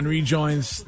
Rejoins